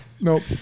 Nope